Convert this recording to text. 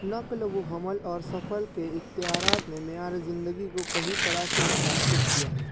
نقل و حمل اور سفر کے اختیارات میں معیار زندگی کو کئی طرح سے متاثر کیا ہے